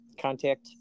contact